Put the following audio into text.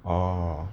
orh